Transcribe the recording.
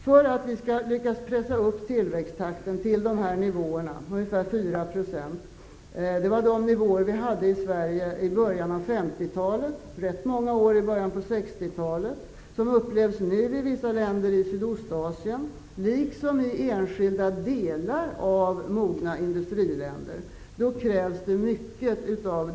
För att vi skall kunna pressa upp tillväxttakten till de här nivåerna -- ungefär 4 %-- krävs det mycket av dynamik och flexibilitet. Det var de nivåer vi hade i Sverige i början av 1950-talet och rätt många år i början av 1960-talet och som nu upplevs i vissa länder i Sydostasien liksom i enskilda delar av mogna industriländer.